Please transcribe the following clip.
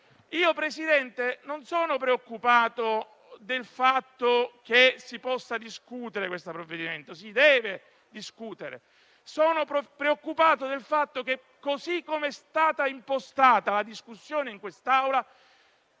Io, Presidente, non sono preoccupato del fatto che si possa discutere questo provvedimento. Si deve discutere. Sono preoccupato del fatto che così come è stata impostata la discussione in quest'Aula,